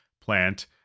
plant